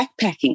backpacking